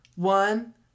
One